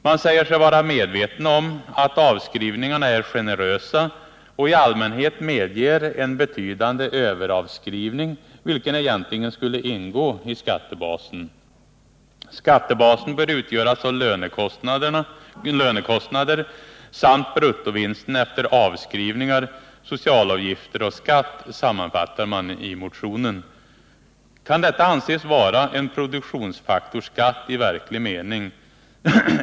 Man säger sig vara medveten om att avskrivningarna är generösa och i allmänhet medger ”en betydande överavskrivning, vilken egentligen skulle ingå i skattebasen”. Och man sammanfattar i motionen: ”Skattebasen bör utgöras av lönekostnader samt bruttovinsten efter avskrivningar, socialavgifter och skatt.” Kan detta anses vara en produktionsfaktorsskatt i verklig mening?